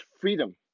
freedom